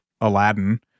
Aladdin